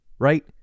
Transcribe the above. Right